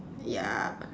ya